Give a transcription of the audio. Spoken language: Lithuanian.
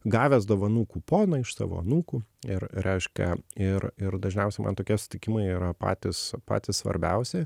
gavęs dovanų kuponą iš savo anūkų ir reiškia ir ir dažniausiai man tokie sutikimai yra patys patys svarbiausi